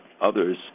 others